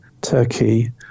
Turkey